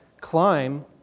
Climb